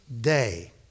day